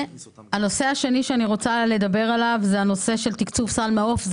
הנושא השני שאני רוצה לדבר עליו הוא הנושא של תקצוב של סל מעוף.